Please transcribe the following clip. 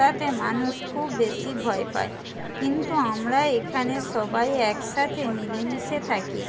তাতে মানুষ খুব বেশি ভয় পায় কিন্তু আমরা এখানে সবাই একসাথে মিলেমিশে থাকি